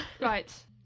Right